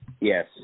Yes